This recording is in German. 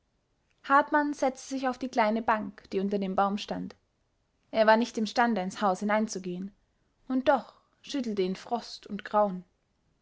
hartmann setzte sich auf die kleine bank die unter dem baum stand er war nicht imstande ins haus hineinzugehen und doch schüttelten ihn frost und grauen